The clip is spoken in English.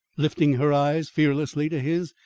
lifting her eyes fearlessly to his,